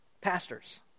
pastors